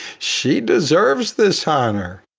she deserves this honor.